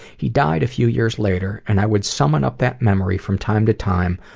he died a few years later, and i would summon up that memory from time to time,